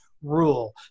Rule